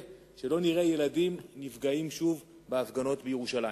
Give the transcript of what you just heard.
שלא נראה ילדים נפגעים שוב בהפגנות בירושלים.